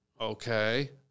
Okay